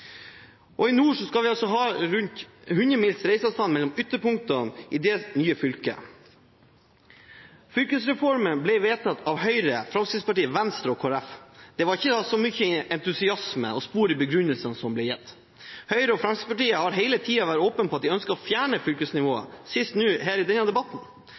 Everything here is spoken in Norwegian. innbyggertall. I nord skal vi ha rundt 100 mils reiseavstand mellom ytterpunktene i det nye fylket. Fylkesreformen ble vedtatt av Høyre, Fremskrittspartiet, Venstre og Kristelig Folkeparti. Det var ikke mye entusiasme å spore i begrunnelsene som ble gitt. Høyre og Fremskrittspartiet har hele tiden vært åpne på at de ønsker å fjerne fylkesnivået, sist her i denne debatten